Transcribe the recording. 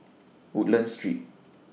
Woodlands Street